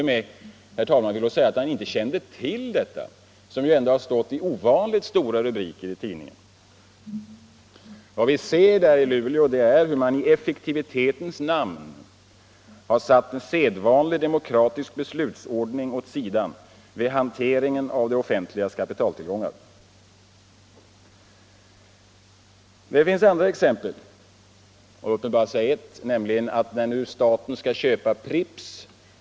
Han ville t.o.m., herr talman, då säga att han inte kände till detta, som ändå hade stått med ovanligt stora rubiker i tidningarna. Vad vi ser i Luleå är hur man i effektivitetens namn har satt en sedvanlig demokratisk beslutsordning åt sidan vid hanteringen av det offentligas kapitaltillgångar. Det finns andra exempel. Låt mig bara ta ett, nämligen statens förestående köp av Pripps.